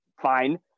fine